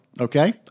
okay